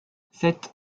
sept